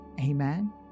Amen